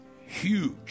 huge